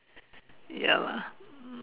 ya lah mm